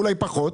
אולי פחות,